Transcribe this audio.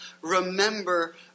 remember